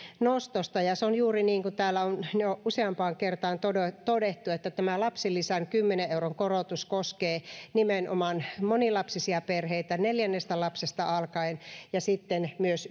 nostosta on juuri niin kuten täällä on jo useampaan kertaan todettu todettu että tämä lapsilisän kymmenen euron korotus koskee nimenomaan monilapsisia perheitä neljännestä lapsesta alkaen ja sitten myös